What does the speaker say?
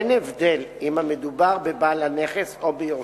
אין הבדל אם מדובר בבעל הנכס או ביורשיו.